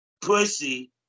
pussy